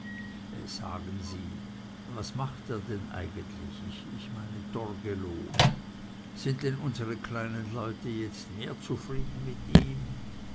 sagen sie was macht er denn eigentlich ich meine torgelow sind denn unsre kleinen leute jetzt mehr zufrieden mit ihm